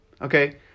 okay